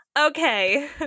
okay